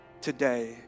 today